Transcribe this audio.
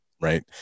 right